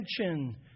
attention